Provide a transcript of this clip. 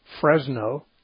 Fresno